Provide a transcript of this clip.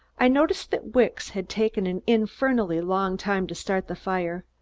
i noticed that wicks had taken an infernally long time to start the fire.